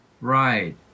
Right